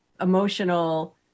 emotional